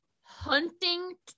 hunting